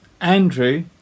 Andrew